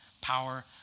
power